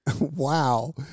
Wow